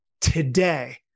today